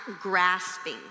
grasping